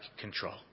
control